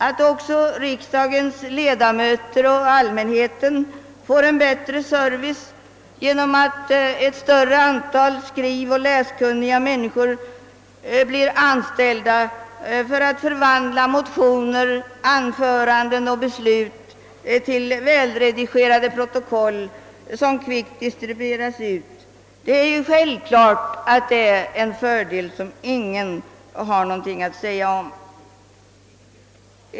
Att riksdagens ledamöter och allmänheten får en bättre service genom att ett större antal skrivoch läskunniga personer anställs för att förvandla motioner, anföranden och beslut till välredigerade protokoll, som kvickt distribueras, är självfallet också bara en fördel och någonting som inte någon har invändningar emot.